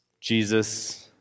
Jesus